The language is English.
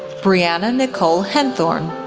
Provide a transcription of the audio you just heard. brianna nicole henthorn,